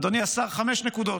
אדוני השר, אני רוצה חמש נקודות,